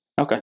Okay